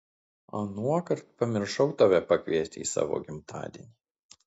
anuokart pamiršau tave pakviesti į savo gimtadienį